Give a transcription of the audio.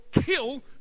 kill